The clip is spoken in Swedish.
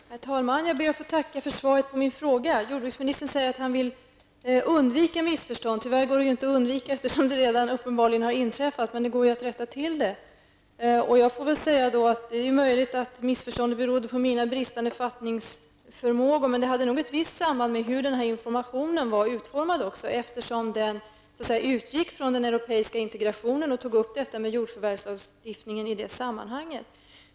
Herr talman! Jag ber att få tacka för svaret på min fråga. Jordbruksminstern säger att han vill undvika missförstånd. Tyvärr går detta inte att undvika, eftersom det uppenbarligen redan har inträffat. Men det går ju att rätta till. Det är möjligt att missförståndet berodde på min bristande fattningsförmåga, men det hade nog också ett visst samband med hur denna information var utformad. Den utgick från den europeiska integrationen och tog upp jordförvärvslagstiftningen i det sammanhanget.